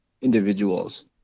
individuals